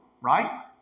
right